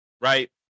right